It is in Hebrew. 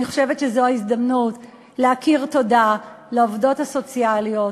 אני חושבת שזו ההזדמנות להכיר תודה לעובדות הסוציאליות,